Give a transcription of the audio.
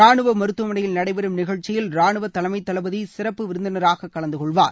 ரானுவ மருத்துவமனையில் நடைபெறும் நிகழ்ச்சியில் ரானுவத்தலைமை தளபதி சிறப்பு விருந்தினராக கலந்து கொள்வார்